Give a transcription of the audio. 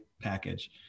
package